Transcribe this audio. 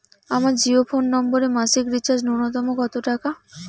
আমার জিও ফোন নম্বরে মাসিক রিচার্জ নূন্যতম কত টাকা?